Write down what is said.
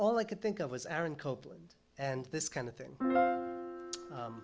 all i could think of was aaron copeland and this kind of thing